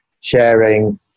sharing